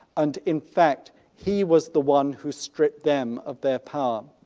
and in fact he was the one who stripped them of their power.